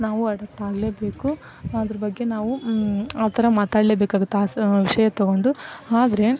ನಾವು ಅಡಪ್ಟ್ ಆಗಲೇಬೇಕು ಅದ್ರ ಬಗ್ಗೆ ನಾವು ಆ ಥರ ಮಾತಾಡಲೇ ಬೇಕಾಗುತ್ತೆ ಆ ಸ ಶೇರ್ ತೊಗೊಂಡು ಆದರೆ